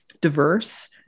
diverse